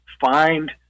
find